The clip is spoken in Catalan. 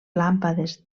làmpades